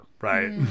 Right